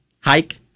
hike